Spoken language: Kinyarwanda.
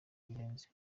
birenze